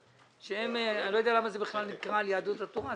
אלה, אני לא יודע למה זה נקרא על יהדות התורה.